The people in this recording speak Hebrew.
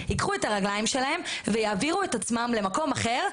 ייקחו את הרגליים שלהם ויעבירו את עצמם למקום אחר,